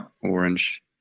Orange